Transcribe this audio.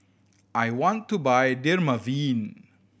I want to buy Dermaveen